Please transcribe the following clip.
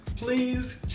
please